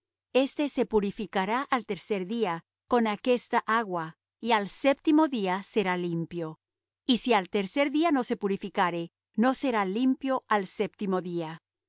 este se purificará al tercer día con aquesta agua y al séptimo día será limpio y si al tercer día no se purificare no será limpio al séptimo día